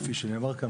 כפי שנאמר כאן,